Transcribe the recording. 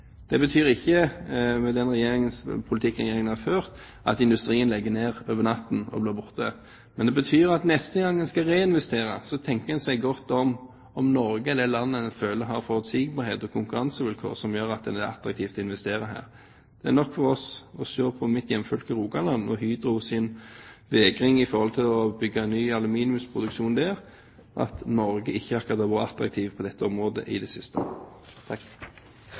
Det betyr ikke, med den politikken Regjeringen har ført, at industrien legger ned over natten og blir borte, men det betyr at en neste gang en skal reinvestere, tenker seg godt om, om Norge er det landet der en føler en har forutsigbarhet og konkurransevilkår som gjør at det er attraktivt å investere her. Det er nok å se på mitt hjemfylke, Rogaland, og Hydros vegring mot å bygge ny aluminiumsproduksjon der – det viser at Norge ikke akkurat har vært attraktive på dette området i det siste.